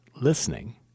listening